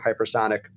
hypersonic